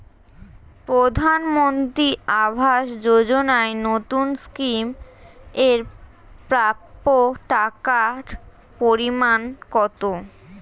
প্রধানমন্ত্রী আবাস যোজনায় নতুন স্কিম এর প্রাপ্য টাকার পরিমান কত?